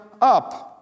up